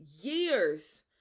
years